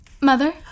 Mother